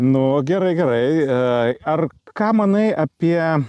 nu gerai gerai e ar ką manai apie